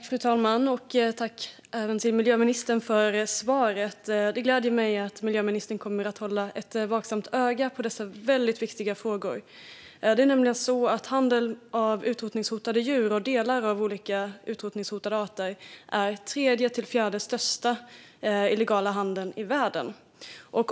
Fru talman! Jag tackar miljöministern för svaret. Det gläder mig att hon kommer att hålla ett vaksamt öga på dessa väldigt viktiga frågor. Handeln med utrotningshotade djur och delar av olika utrotningshotade arter är den tredje till fjärde största illegala handeln i världen.